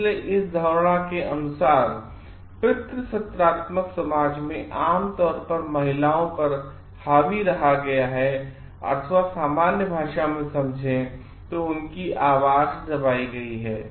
इसलिए इस अवधारणा के अनुसार पितृसत्तात्मकसमाज में आमतौर पर महिलाओं पर हावी रहा गया है अथवा सामान्य भाषा में समझे तो उनकी आवाज़ दबाई गयी है